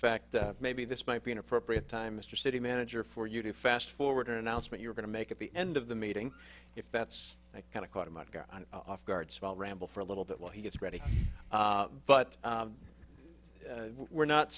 fact maybe this might be an appropriate time mr city manager for you to fast forward an announcement you're going to make at the end of the meeting if that's kind of caught him off guard small ramble for a little bit while he gets ready but we're not